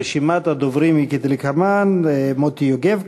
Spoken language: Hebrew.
רשימת הדוברים היא כדלקמן: מוטי יוגב,